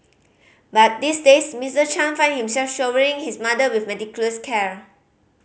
but these days Mister Chan find himself showering his mother with meticulous care